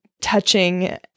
touching